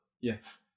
Yes